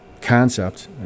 concept